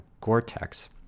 Gore-Tex